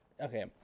Okay